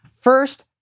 first